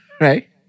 Right